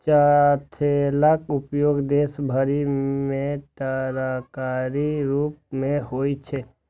चठैलक उपयोग देश भरि मे तरकारीक रूप मे होइ छै